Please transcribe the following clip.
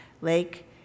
Lake